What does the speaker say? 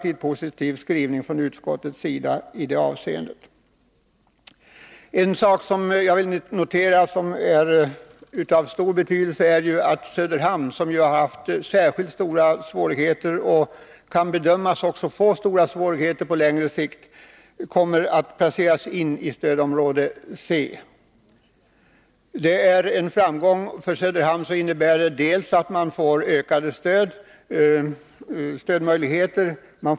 Utskottets skrivning är relativt positiv i det avseendet. En sak som jag vill notera och som är av stor betydelse är att Söderhamn, som ju haft särskilt stora svårigheter och som kan bedömas få stora svårigheter på längre sikt, kommer att placeras in i stödområde C. Det är en framgång för Söderhamn och innebär att man får ökade stödmöjligheter.